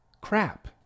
crap